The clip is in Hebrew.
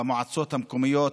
במועצות המקומיות,